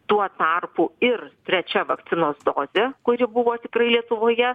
tuo tarpu ir trečia vakcinos dozė kuri buvo tikrai lietuvoje